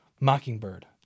Mockingbird